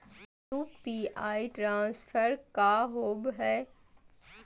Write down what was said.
UPI transfer का होव हई?